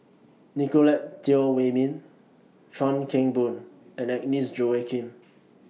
Nicolette Teo Wei Min Chuan Keng Boon and Agnes Joaquim